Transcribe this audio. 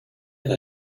have